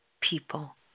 people